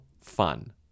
fun